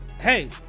hey